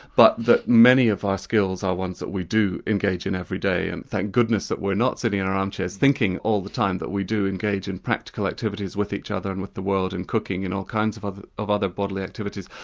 but that many of our skills are ones that we do engage in every day, and thank goodness that we're not sitting in our armchairs thinking all the time that we do engage in practical activities with each other and with the world in cooking and all kinds of of other bodily activities.